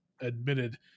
admitted